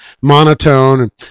monotone